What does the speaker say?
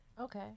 Okay